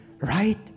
right